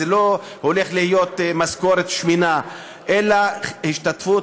זו לא הולכת להיות משכורת שמנה אלא השתתפות